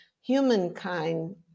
humankind